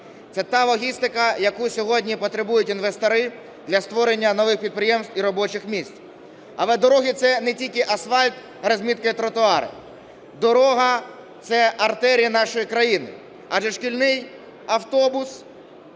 Це та логістика, яку сьогодні потребують інвестори для створення нових підприємств і робочих місць. Але дороги – це не тільки асфальт, розмітка і тротуари, дорога – це артерія нашої країни. Адже шкільний автобус,